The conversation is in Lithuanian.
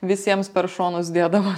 visiems per šonus dėdavo